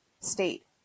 state